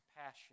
passion